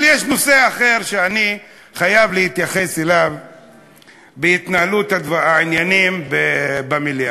אבל יש נושא אחר שאני חייב להתייחס אליו בהתנהלות העניינים במליאה.